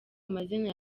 mazina